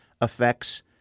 affects